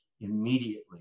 immediately